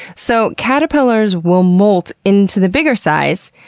so caterpillars will molt into the bigger size.